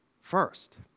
first